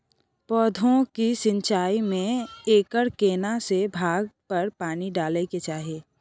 पौधों की सिंचाई में एकर केना से भाग पर पानी डालय के चाही?